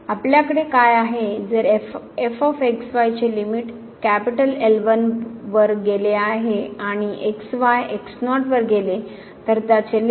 तर आपल्याकडे काय आहे जर चे लिमिट L1 वर गेलीआणि x y वर गेले तर त्याचे लिमिट L2 येईल